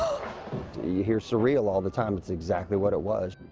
you hear surreal all the time. that's exactly what it was.